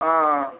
ಹಾಂ